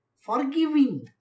forgiving